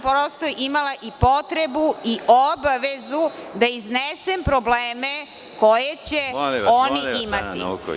Prosto sam imala potrebu i obavezu da iznesem probleme koje će oni imati.